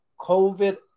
COVID